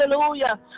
Hallelujah